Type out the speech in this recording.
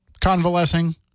convalescing